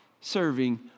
serving